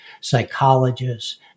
psychologists